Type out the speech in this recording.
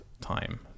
time